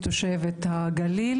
תודה רבה פרופסור מיקי מלול.